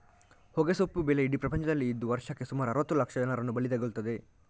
ಹೊಗೆಸೊಪ್ಪು ಬೆಳೆ ಇಡೀ ಪ್ರಪಂಚದಲ್ಲಿ ಇದ್ದು ವರ್ಷಕ್ಕೆ ಸುಮಾರು ಅರುವತ್ತು ಲಕ್ಷ ಜನರನ್ನ ಬಲಿ ತಗೊಳ್ತದೆ